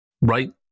right